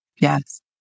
Yes